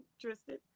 tristan